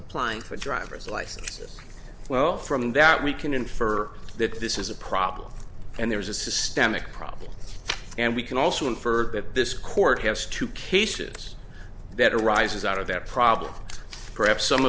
applying for driver's licenses well from that we can infer that this is a problem and there's a systemic problem and we can also infer that this court has two cases better rises out of that problem perhaps some